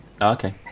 okay